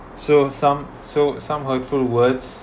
so some so some hurtful words